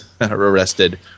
arrested